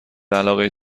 علاقه